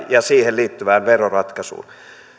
ja siihen liittyvään veroratkaisuun